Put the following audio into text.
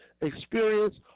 experience